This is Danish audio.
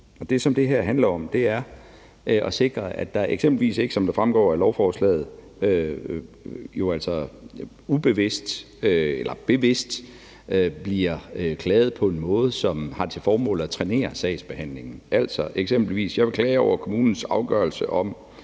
her handler om, er at sikre, at der eksempelvis ikke, som det fremgår af lovforslaget, ubevidst eller bevidst bliver klaget på en måde, som har til formål at trænere sagsbehandling. Jeg vil eksempelvis klage over kommunens afgørelse om